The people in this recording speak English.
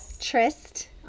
tryst